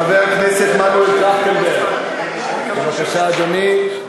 חבר הכנסת מנואל טרכטנברג, בבקשה, אדוני.